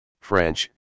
French